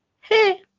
hey